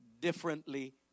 differently